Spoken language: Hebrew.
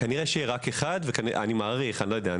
כנראה שיהיה רק אחד, אני מעריך, אני לא יודע.